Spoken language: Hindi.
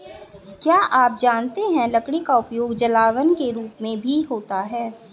क्या आप जानते है लकड़ी का उपयोग जलावन के रूप में भी होता है?